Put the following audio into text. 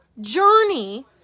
journey